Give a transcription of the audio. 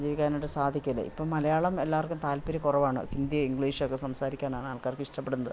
ജീവിക്കാനായി സാധിക്കില്ല ഇപ്പം മലയാളം എല്ലാർക്കും താല്പര്യക്കുറവാണ് ഹിന്ദി ഇംഗ്ലീഷൊക്കെ സംസാരിക്കാനാണ് ആൾക്കാർക്ക് ഇഷ്ടപ്പെടുന്നത്